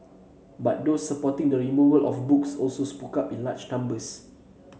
but those supporting the removal of the books also spoke up in large numbers